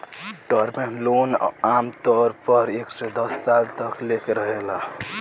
term loan आमतौर पर एक से दस साल तक लेके रहेला